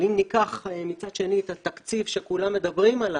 אבל אם ניקח מצד שני את התקציב שכולם מדברים עליו,